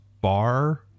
bar